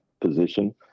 position